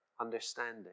understanding